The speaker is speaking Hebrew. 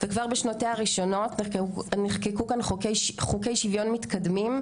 וכבר בשנותיה הראשונות נחקקו כאן חוקי שוויון מתקדמים,